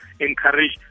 encourage